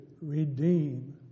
redeem